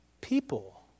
people